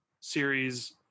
series